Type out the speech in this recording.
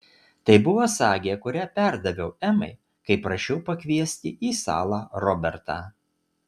tai buvo sagė kurią perdaviau emai kai prašiau pakviesti į salą robertą